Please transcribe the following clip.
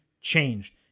changed